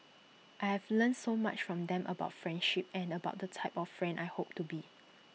I have learnt so much from them about friendship and about the type of friend I hope to be